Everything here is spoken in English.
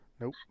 Nope